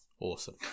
awesome